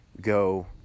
Go